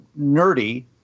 nerdy